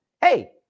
Hey